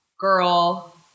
girl